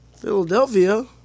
Philadelphia